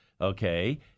okay